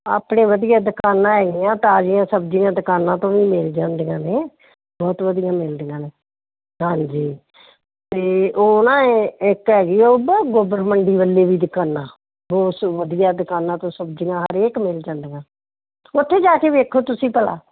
ਆਪਣੇ ਵਧੀਆ ਦੁਕਾਨਾਂ ਹੈਗੀਆਂ ਤਾਜ਼ੀਆਂ ਸਬਜ਼ੀਆਂ ਦੁਕਾਨਾਂ ਤੋਂ ਵੀ ਮਿਲ ਜਾਂਦੀਆਂ ਨੇ ਬਹੁਤ ਵਧੀਆ ਮਿਲਦੀਆਂ ਨੇ ਹਾਂਜੀ ਅਤੇ ਉਹ ਨਾ ਇੱਕ ਹੈਗੀ ਉਹ ਗੋਬਰ ਮੰਡੀ ਵੱਲੇ ਵੀ ਦੁਕਾਨਾਂ ਬਹੁਤ ਵਧੀਆ ਦੁਕਾਨਾਂ ਤੋਂ ਸਬਜ਼ੀਆਂ ਹਰੇਕ ਮਿਲ ਜਾਂਦੀਆਂ ਉੱਥੇ ਜਾ ਕੇ ਵੇਖੋ ਤੁਸੀਂ ਭਲਾ